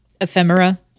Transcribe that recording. ephemera